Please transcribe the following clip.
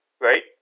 right